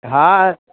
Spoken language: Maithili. हँ